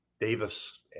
Davis